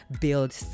build